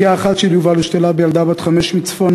כליה אחת של יובל הושתלה בילדה בת חמש מצפון